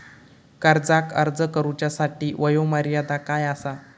कर्जाक अर्ज करुच्यासाठी वयोमर्यादा काय आसा?